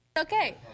Okay